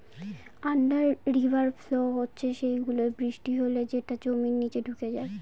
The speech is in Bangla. আন্ডার রিভার ফ্লো হচ্ছে সেই গুলো, বৃষ্টি হলে যেটা জমির নিচে ঢুকে যায়